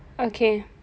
okay